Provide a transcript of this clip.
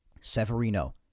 Severino